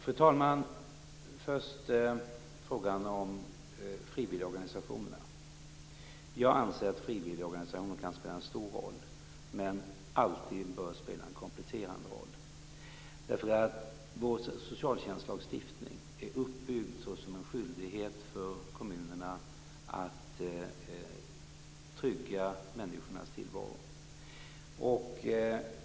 Fru talman! Jag vill först ta upp frågan om frivilligorganisationerna. Jag anser att frivilligorganisationerna kan spela en stor roll, men de bör alltid spela en kompletterande roll. Vår socialtjänstlagstiftning är nämligen uppbyggd på ett sådant sätt att kommunerna har en skyldighet att trygga människornas tillvaro.